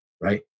right